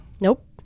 Nope